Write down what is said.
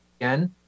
again